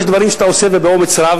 יש דברים שאתה עושה ובאומץ רב,